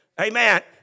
Amen